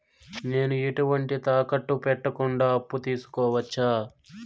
నేను ఎటువంటి తాకట్టు పెట్టకుండా అప్పు తీసుకోవచ్చా?